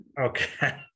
Okay